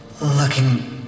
Looking